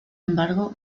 embargo